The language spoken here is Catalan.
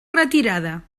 retirada